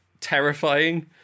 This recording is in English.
terrifying